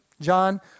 John